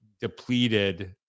depleted